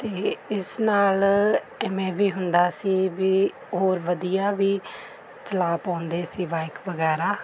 ਅਤੇ ਇਸ ਨਾਲ ਐਵੇਂ ਵੀ ਹੁੰਦਾ ਸੀ ਵੀ ਹੋਰ ਵਧੀਆ ਵੀ ਚਲਾ ਪਾਉਂਦੇ ਸੀ ਬਾਇਕ ਵਗੈਰਾ